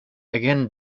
again